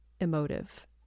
emotive